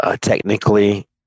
technically